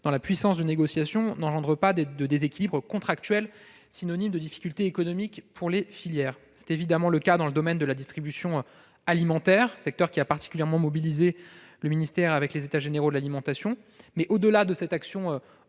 dans le pouvoir de négociation n'engendrent pas de déséquilibres contractuels, synonyme de difficultés économiques pour les filières. C'est évidemment le cas dans le domaine de la distribution alimentaire, secteur dans lequel le ministère s'est particulièrement impliqué avec les États généraux de l'alimentation. Mais au-delà de cette action emblématique,